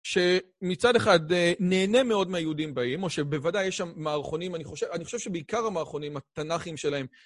שמצד אחד, נהנה מאוד מהיהודים באים, או שבוודאי יש שם מערכונים, אני חושב שבעיקר המערכונים, התנ"כים שלהם...